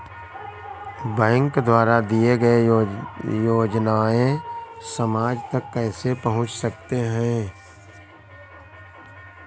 Bank द्वारा दिए गए योजनाएँ समाज तक कैसे पहुँच सकते हैं?